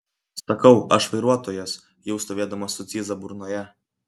sakau aš vairuotojas jau stovėdamas su cyza burnoje